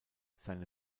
seine